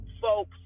folks